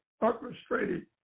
orchestrated